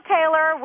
Taylor